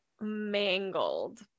mangled